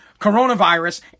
coronavirus